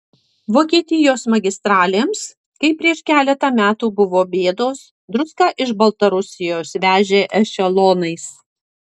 vokietijos magistralėms kai prieš keletą metų buvo bėdos druską iš baltarusijos vežė ešelonais